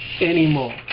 anymore